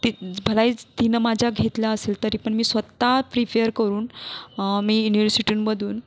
ती भलाई तिनं माझ्या घेतल्या असेल तरी पण मी स्वतः प्रिफेयर करून मी युनिवर्सिटींमधून